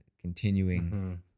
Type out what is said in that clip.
continuing